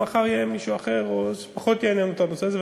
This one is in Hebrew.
מחר יהיה מישהו אחר שפחות יעניין אותו הנושא הזה,